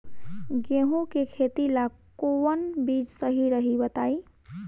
गेहूं के खेती ला कोवन बीज सही रही बताई?